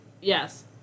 Yes